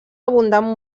abundant